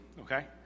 okay